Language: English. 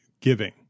giving